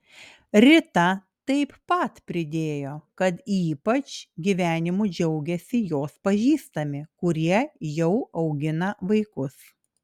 rita taip pat pridėjo kad ypač gyvenimu džiaugiasi jos pažįstami kurie jau augina vaikus